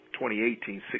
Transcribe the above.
2018